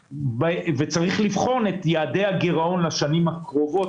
וצריך לבחון את יעדי הגירעון לשנים הקרובות,